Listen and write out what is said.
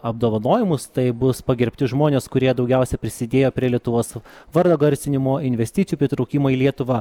apdovanojimus tai bus pagerbti žmonės kurie daugiausia prisidėjo prie lietuvos vardo garsinimo investicijų pritraukimo į lietuvą